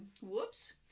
Whoops